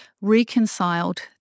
reconciled